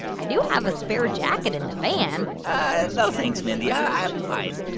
i do have a spare jacket in the van and no thanks, mindy. i'm fine